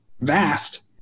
vast